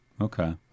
Okay